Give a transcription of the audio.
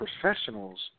professionals